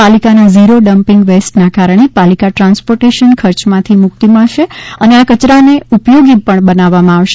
પાલિકાના zero dumping waste ના કારણે પાલિકા ટ્રાન્સપોર્ટેશન ખર્ચમાંથી મુક્તિ મળશે અને આ કયરાને ઉપયોગી પણ બનાવવામાં આવશે